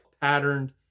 patterned